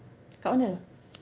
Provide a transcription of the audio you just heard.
kat mana